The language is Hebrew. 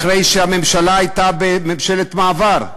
אחרי שהממשלה הייתה ממשלת מעבר,